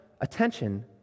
attention